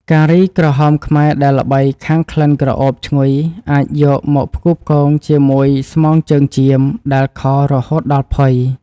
ការីក្រហមខ្មែរដែលល្បីខាងក្លិនក្រអូបឈ្ងុយអាចយកមកផ្គូផ្គងជាមួយស្មងជើងចៀមដែលខរហូតដល់ផុយ។